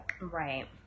right